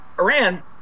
Iran